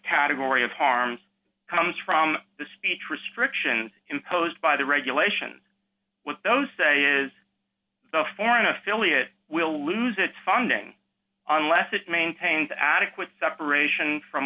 category of harms comes from the speech restrictions imposed by the regulation with those say is the foreign affiliate will lose its funding unless it maintains adequate separation from